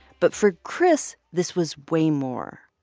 but for chris this was way more.